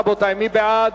רבותי, מי בעד?